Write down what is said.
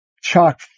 chalk